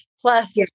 plus